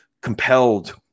compelled